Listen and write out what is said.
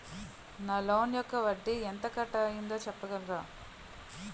నా లోన్ యెక్క వడ్డీ ఎంత కట్ అయిందో చెప్పగలరా?